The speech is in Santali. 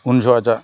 ᱩᱱ ᱡᱚᱦᱚᱜ ᱫᱚ